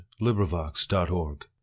LibriVox.org